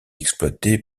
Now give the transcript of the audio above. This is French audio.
exploité